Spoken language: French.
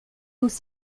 nos